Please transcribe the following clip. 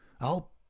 I'll